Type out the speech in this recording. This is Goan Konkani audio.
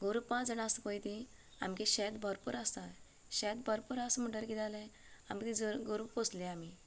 गोरवां पांच जाणां आसा पळय तीं आमगे शेत भरपूर आसा शेत भरपूर आसा म्हणटगेर कितें जालें आमी तीं गोरवां पोसल्यांत आमी